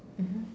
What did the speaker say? mmhmm